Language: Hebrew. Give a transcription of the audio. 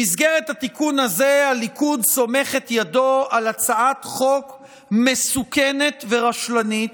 במסגרת התיקון הזה הליכוד סומך את ידו על הצעת חוק מסוכנת ורשלנית,